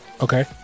Okay